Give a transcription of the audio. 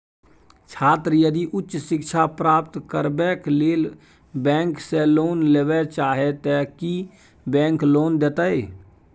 छात्र यदि उच्च शिक्षा प्राप्त करबैक लेल बैंक से लोन लेबे चाहे ते की बैंक लोन देतै?